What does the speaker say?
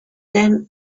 then